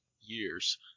years